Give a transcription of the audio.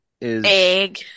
Egg